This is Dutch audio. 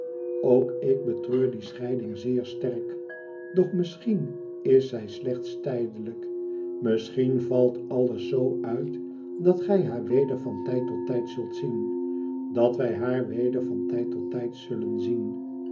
ook ik betreur die scheiding zeer sterk doch misschien is zij slechts tijdelijk misschien valt alles zoo uit dat gij haar weder van tijd tot tijd zult zien dat wij haar weder van tijd tot tijd zullen zien